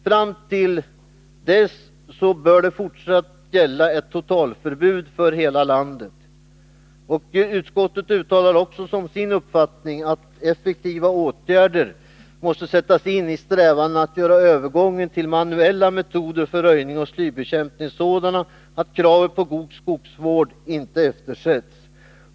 Fram till dess bör ett fortsatt totalförbud gälla för hela landet. Utskottet uttalar också som sin uppfattning att effektiva åtgärder måste sättas in i strävandena att göra övergången till manuella metoder för röjning och slybekämpning sådana att kravet på god skogsvård inte eftersätts.